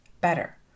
better